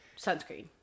Sunscreen